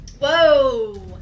Whoa